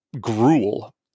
gruel